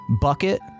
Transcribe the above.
bucket